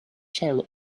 shell